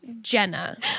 Jenna